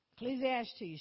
Ecclesiastes